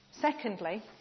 Secondly